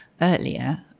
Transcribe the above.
earlier